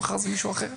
מחר זה מישהו אחר,